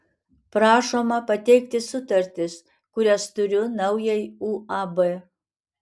prašoma pateikti sutartis kurias turiu naujai uab